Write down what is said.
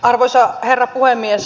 arvoisa herra puhemies